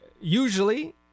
usually